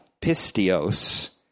pistios